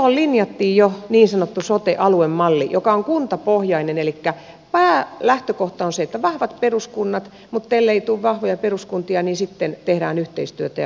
silloin linjattiin jo niin sanottu sote aluemalli joka on kuntapohjainen elikkä päälähtökohta on se että vahvat peruskunnat mutta ellei tule vahvoja peruskuntia niin sitten tehdään yhteistyötä ja sote alueita